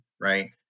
right